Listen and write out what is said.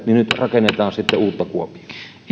niin nyt rakennetaan kuitenkin uutta kuopioon